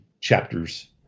chapters